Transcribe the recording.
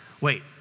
Wait